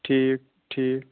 ٹھیٖک ٹھیٖک